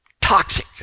toxic